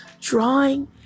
drawing